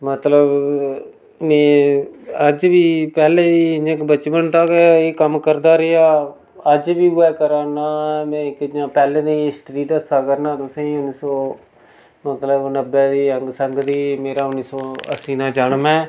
मतलब में अज्ज बी पैह्लें गै इ'यां बचपन दा गै एह् कम्म करदा रेहा अज्ज बी उ'ऐ करा ना में जि'यां पैह्लें दी हिस्टरी दस्सा करनां तुसें गी उन्नी सौ मतलब नब्बै दे अंग संग दी मेरा उन्नी सौ अस्सी दा जन्म ऐ